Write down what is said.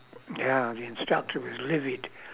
ya the instructor was livid